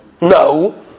No